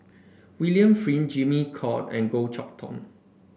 William Flint Jimmy Call and Goh Chok Tong